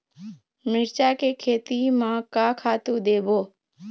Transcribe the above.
मिरचा के खेती म का खातू देबो?